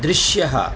दृश्यः